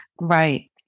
Right